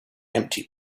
empty